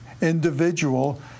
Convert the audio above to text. individual